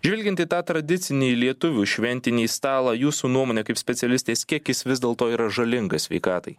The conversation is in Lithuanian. žvelgiant į tą tradicinį lietuvių šventinį stalą jūsų nuomone kaip specialistės kiek jis vis dėlto yra žalingas sveikatai